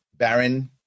Baron